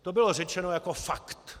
To bylo řečeno jako fakt.